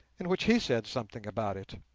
in which he said something about it